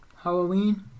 Halloween